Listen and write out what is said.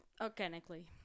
Organically